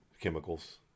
chemicals